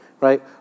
right